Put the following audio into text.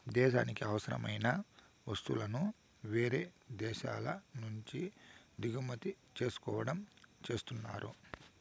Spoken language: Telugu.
దేశానికి అవసరమైన వస్తువులను వేరే దేశాల నుంచి దిగుమతి చేసుకోవడం చేస్తున్నారు